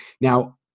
Now